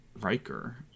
Riker